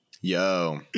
Yo